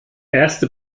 erste